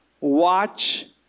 Watch